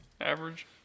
Average